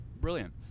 Brilliant